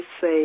say